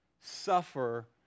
suffer